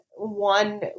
One